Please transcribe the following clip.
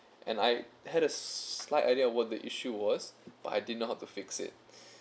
and I had a slight idea of what the issue was but I didn't know how to fix it